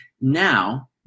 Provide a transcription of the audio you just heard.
Now